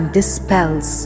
dispels